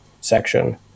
section